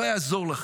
לא יעזור לכם.